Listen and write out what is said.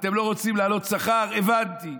אתם לא רוצים להעלות שכר, הבנתי.